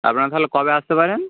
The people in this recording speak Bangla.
আপনারা তাহলে কবে আসতে পারেন